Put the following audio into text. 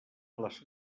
les